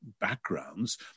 backgrounds